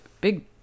big